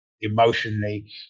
emotionally